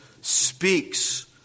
speaks